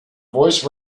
voice